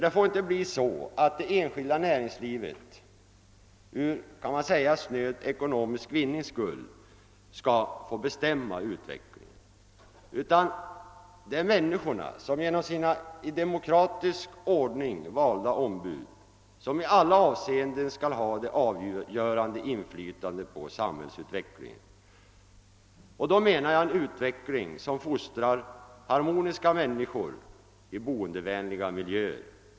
Det får inte bli så att det enskilda näringslivet för snöd ekonomisk vinnings skull bestämmer utvecklingen, utan det är människorna som genom sina i demokratisk ordning valda ombud som i alla avseenden skall ha det avgörande inflytandet på samhällsutvecklingen. Och då menar jag en utveckling som fostrar harmoniska människor i boendevänliga miljöer.